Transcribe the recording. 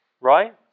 right